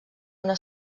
una